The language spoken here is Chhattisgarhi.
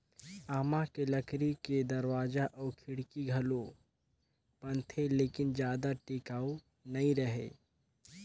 आमा के लकरी के दरवाजा अउ खिड़की घलो बनथे लेकिन जादा टिकऊ नइ रहें